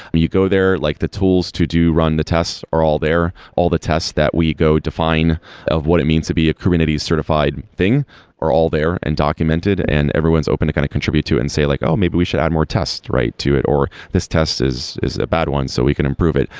and you go there, like the tools to do run the tests are all there. all the tests that go define of what it means to be a kubernetes certified thing are all there and documented, and everyone's open to kind of contribute to and say like, oh, maybe we should add more tests right to it, or this test is is a bad one, so we can improve it.